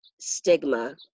stigma